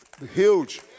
huge